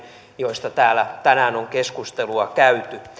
joista täällä tänään on keskustelua käyty